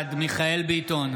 בעד מיכאל מרדכי ביטון,